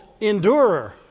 endurer